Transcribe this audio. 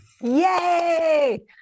Yay